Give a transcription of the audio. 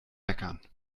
meckern